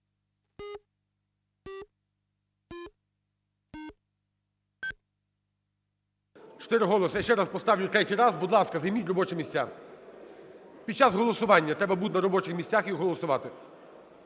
Чотири голоси. Я ще раз поставлю, третій раз. Будь ласка, займіть робочі місця. Під час голосування треба бути на робочих місцях і голосувати.